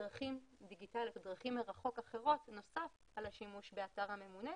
דרכים דיגיטליות או דרכים מרחוק אחרות בנוסף על השימוש באתר הממונה,